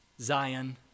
Zion